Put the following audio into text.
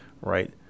right